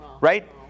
right